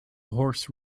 horse